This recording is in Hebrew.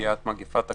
מפגיעת מגפת הקורונה,